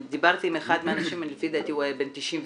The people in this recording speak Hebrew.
דיברתי עם אחד האנשים, לפי דעתי הוא היה בן 97,